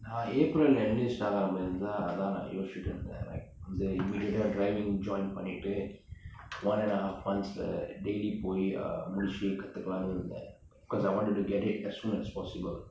april enlist ஆயிருந்தா அதான் நா யோசிச்சுட்டு இருந்தேன்:aayirunthaa athaan naa yosichuttu irunthen like immediate driving join பன்னிட்டு:pannittu one and a half months daily போய் முடிச்சு கத்துகலாம்னு இருந்தேன்:poi mudichu kathukalaamnu irunthen cause I wanted to get it as soon as possible